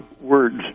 words